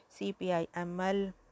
CPIML